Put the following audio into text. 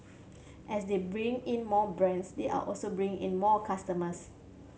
as they bring in more brands they are also bringing in more customers